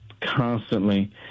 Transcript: constantly